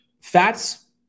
Fats